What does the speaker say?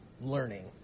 learning